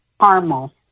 caramel